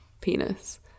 penis